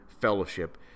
fellowship